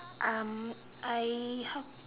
um I have